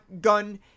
gun